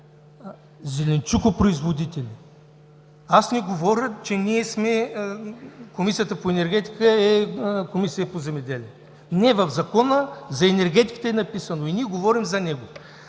„зеленчукопроизводители“. Аз не говоря, че Комисията по енергетика е Комисията по земеделие. В Закона за енергетиката е написано и ние говорим за него.